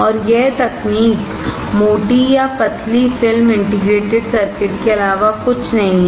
और यह तकनीक मोटी या पतली फिल्म इंटीग्रेटेड सर्किट के अलावा कुछ नहीं है